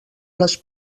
les